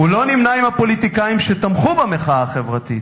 "הוא לא נמנה עם הפוליטיקאים שתמכו במחאה החברתית,